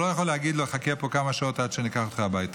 הוא לא יכול להגיד לו: חכה פה כמה שעות עד שאני אקח אותך הביתה.